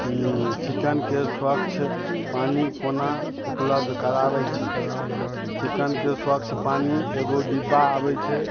चिकेनके स्वच्छ पानि कोना उपलब्ध कराबै छी चिकेनके स्वच्छ पानि एगो डिब्बा अबै छै